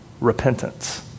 repentance